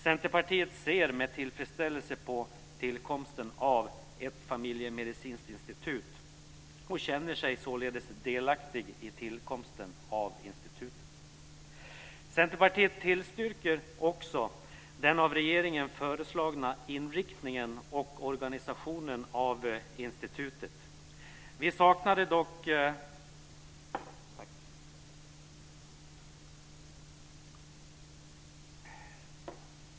Centerpartiet ser med tillfredsställelse på tillkomsten av ett familjemedicinskt institut och känner sig delaktigt i tillkomsten av institutet. Centerpartiet tillstyrker också den av regeringen föreslagna inriktningen och organisationen av institutet.